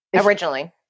Originally